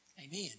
Amen